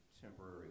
temporary